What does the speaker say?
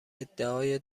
ادعای